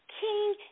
King